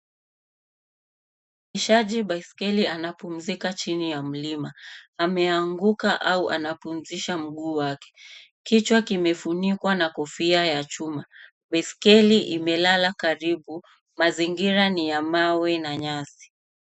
Mwendeshaji baiskeli anapumzika chini ya mlima. Ameanguka au anapumzisha mguu wake. Kichwa kimefunikwa na kofia ya chuma. Baiskeli imelala karibu. Mazingira ni ya mawe na nyasi.